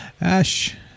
Ash